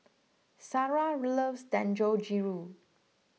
Shara loves Dangojiru